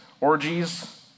orgies